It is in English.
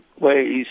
ways